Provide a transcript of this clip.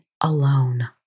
alone